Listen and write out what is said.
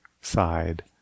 side